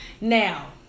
now